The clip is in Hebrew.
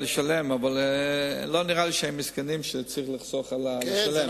אבל לא נראה לי שמדובר במסכנים שצריכים לחסוך כדי לשלם.